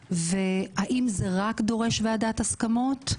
והאם זה רק דורש ועדת הסכמות,